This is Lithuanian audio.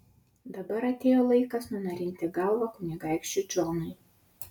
dabar atėjo laikas nunarinti galvą kunigaikščiui džonui